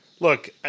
Look